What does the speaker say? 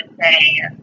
say